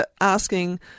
asking